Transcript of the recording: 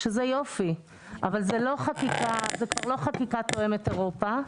זה יופי אבל זאת לא חקיקה תואמת אירופה.